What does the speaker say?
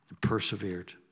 persevered